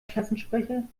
klassensprecher